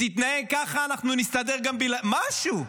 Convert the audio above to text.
תתנהג ככה, אנחנו נסתדר גם בלעדיך, משהו,